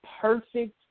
perfect